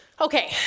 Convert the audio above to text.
Okay